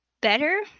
better